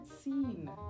scene